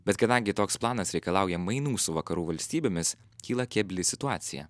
bet kadangi toks planas reikalauja mainų su vakarų valstybėmis kyla kebli situacija